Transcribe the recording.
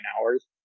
hours